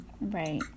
Right